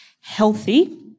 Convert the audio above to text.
healthy